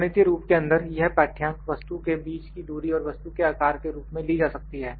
गणितीय रूप के अंदर यह पाठ्यअंक वस्तु के बीच की दूरी और वस्तु के आकार के रूप में ली जा सकती हैं